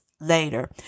later